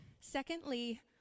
Secondly